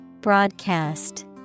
Broadcast